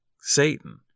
Satan